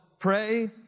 Pray